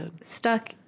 stuck